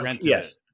Yes